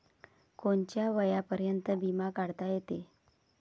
कोनच्या वयापर्यंत बिमा काढता येते?